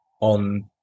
on